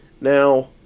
Now